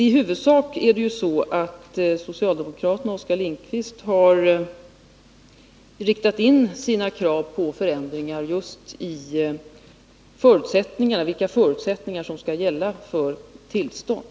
I huvudsak har socialdemokraten Oskar Lindkvist riktat in sina krav på förändringar i de förutsättningar som skall gälla för tillstånd.